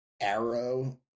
arrow